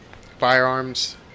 firearms